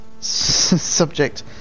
subject